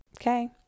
Okay